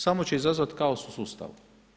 Samo će izazvati kaos u sustavu.